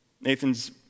Nathan's